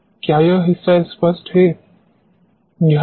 क्या यह हिस्सा स्पष्ट है